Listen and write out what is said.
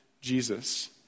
Jesus